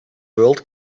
world